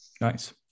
Nice